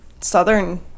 Southern